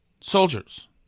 soldiers